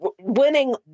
winning